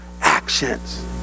actions